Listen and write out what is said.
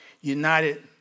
united